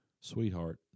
sweetheart